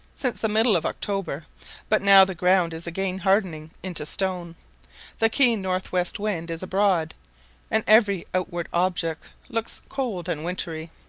since the middle of october but now the ground is again hardening into stone the keen north-west wind is abroad and every outward object looks cold and wintry.